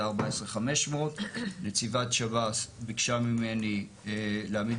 זה היה 14,500. נציבת שב"ס ביקשה ממני להעמיד